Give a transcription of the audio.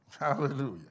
Hallelujah